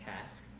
task